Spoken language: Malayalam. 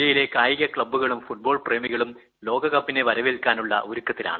ജില്ലയിലെ കായിക ക്ലീനിക്കുകളും ഫുട്ബോൾ പ്രേമികളും ലോകകപ്പിനെ വരവേൽക്കാനുള്ള ഒരുക്കത്തിലാണ്